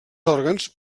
òrgans